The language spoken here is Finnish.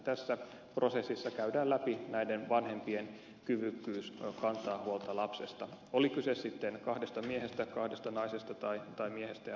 tässä prosessissa käydään läpi näiden vanhempien kyvykkyys kantaa huolta lapsesta oli kyse sitten kahdesta miehestä kahdesta naisesta tai miehestä ja naisesta